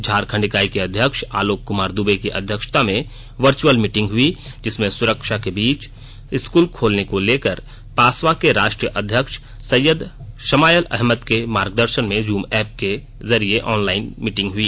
झारखंड इकाई के अध्यक्ष आलोक कुमार दूबे की अध्यक्षता में वर्चुअल मीटिंग हुई जिसमें सुरक्षा के बीच स्कूल खोलने को लेकर पासवा के राष्ट्रीय अध्यक्ष सैयद शमायल अहमद के मार्गदर्शन में जूम एप्प पर आनलाइन हुई